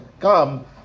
come